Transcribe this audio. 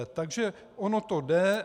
Takže ono to jde.